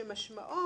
שמשמעו,